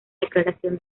declaración